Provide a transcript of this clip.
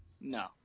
No